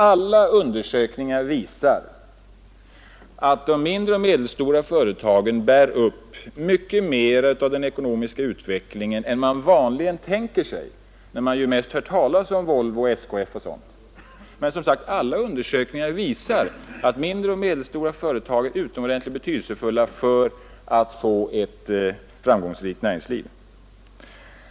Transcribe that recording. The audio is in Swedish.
Alla undersökningar visar att de mindre och medelstora företagen bär upp mycket mer av den ekonomiska utvecklingen än man vanligen tänker sig, när man ju mest hör talas om Volvo, SKF osv. De mindre och medelstora företagen är utomordentligt betydelsefulla för att vi skall få ett framgångsrikt näringsliv.